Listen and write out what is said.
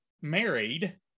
married